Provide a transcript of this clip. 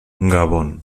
gabon